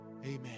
Amen